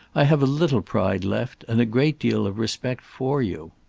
i have a little pride left, and a great deal of respect for you.